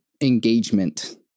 engagement